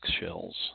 shells